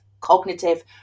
cognitive